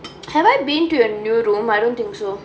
have I been to your new room I don't think so